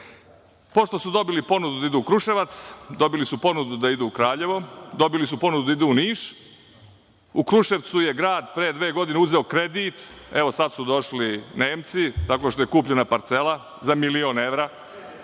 su dobili ponudu da idu u Kruševac, dobili su ponudu da idu u Kraljevo, dobili su ponudu da idu u Nišu. U Kruševcu je grad pre dve godine uzeo kredit, evo sada su došli Nemci, tako što je kupljena parcela za milion evra.